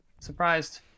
surprised